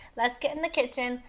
let's get in the kitchen,